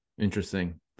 interesting